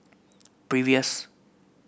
previous